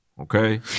Okay